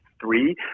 three